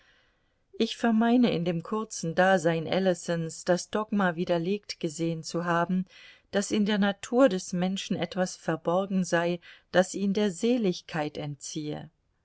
ich vermeine in dem kurzen dasein ellisons das dogma widerlegt gesehen zu haben daß in der natur des menschen etwas verborgen sei das ihn der seligkeit entziehe